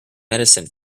medicine